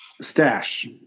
Stash